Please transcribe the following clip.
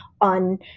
on